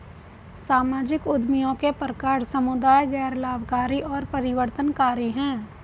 सामाजिक उद्यमियों के प्रकार समुदाय, गैर लाभकारी और परिवर्तनकारी हैं